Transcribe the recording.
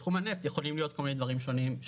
בתחום הנפט יכולים להיות כל מיני דברים שונים.